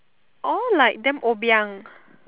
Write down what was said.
all like damn obiang